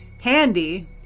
handy